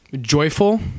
Joyful